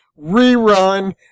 rerun